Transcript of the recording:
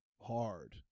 Hard